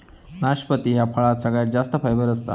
नाशपती ह्या फळात सगळ्यात जास्त फायबर असता